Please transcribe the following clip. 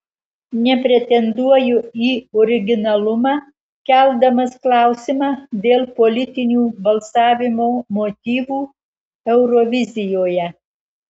nepretenduoju į originalumą keldamas klausimą dėl politinių balsavimo motyvų eurovizijoje